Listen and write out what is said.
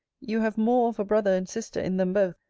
you have more of a brother and sister in them both,